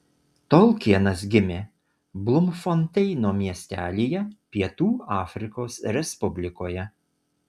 tolkienas gimė blumfonteino miestelyje pietų afrikos respublikoje